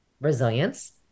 resilience